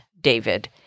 David